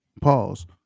pause